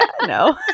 no